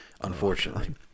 unfortunately